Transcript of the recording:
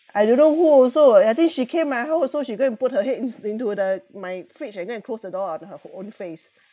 I don't know who also uh I think she came my house also she go and put her head ins~ into the my fridge and go and close the door on her own face